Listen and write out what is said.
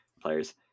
players